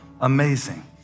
amazing